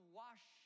wash